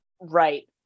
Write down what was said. Right